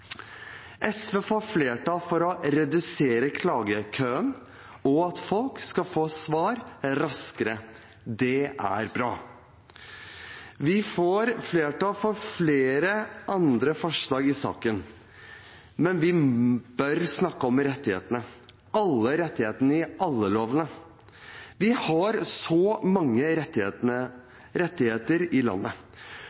SV får flertall for å redusere klagekøen og for at folk skal få svar raskere. Det er bra! Vi får flertall for flere andre forslag i saken, men vi bør snakke om rettigheter – alle rettighetene i alle lovene. Vi har så mange